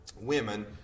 women